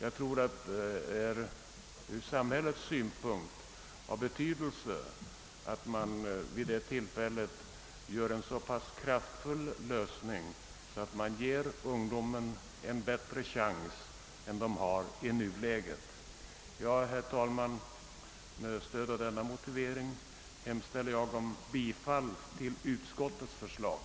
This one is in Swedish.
Ur samhällets synpunkt tror jag att det är av betydelse att nå en så kraftfull lösning, att åt ungdomen därmed ges bättre möjligheter än i nuläget. Herr talman! Med stöd av denna motivering hemställer jag om bifall till utskottets förslag.